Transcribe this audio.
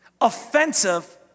offensive